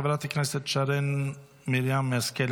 חברת הכנסת שרן מרים השכל,